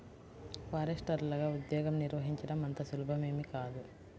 ఫారెస్టర్లగా ఉద్యోగం నిర్వహించడం అంత సులభమేమీ కాదు